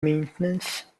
maintenance